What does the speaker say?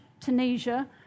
Tunisia